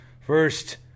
First